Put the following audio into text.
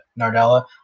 Nardella